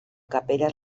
capelles